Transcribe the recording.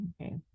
Okay